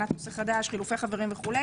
חילופי חברים וכו',